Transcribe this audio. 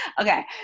Okay